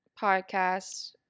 podcast